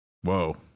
Whoa